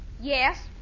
Yes